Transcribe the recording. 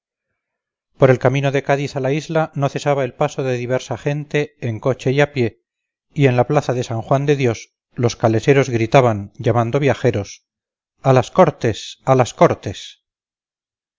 por el camino de cádiz a la isla no cesaba el paso de diversa gente en coche y a pie y en la plaza de san juan de dios los caleseros gritaban llamando viajeros a las cortes a las cortes